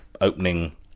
opening